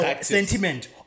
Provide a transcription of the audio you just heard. sentiment